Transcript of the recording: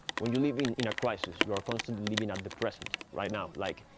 when you're living in a crisis, you are constantly living on the precipice right now, like,